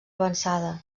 avançada